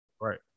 Right